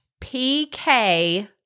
PK